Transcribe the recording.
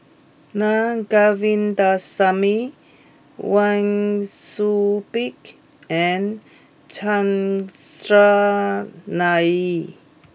Naa Govindasamy Wang Sui Pick and Chandran Nair